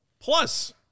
Plus